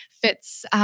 fits